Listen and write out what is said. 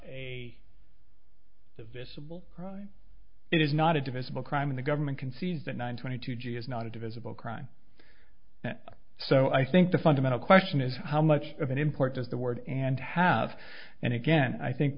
a visible right it is not a divisible crime in the government concedes that nine twenty two g is not a divisible crime so i think the fundamental question is how much of an import does the word and have and again i think